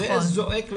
זה זועק לשמיים.